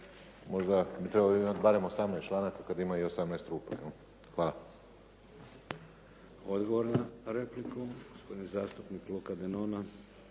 možda bi trebao imati barem 18 članaka kada ima i 18 rupa jel'. Hvala.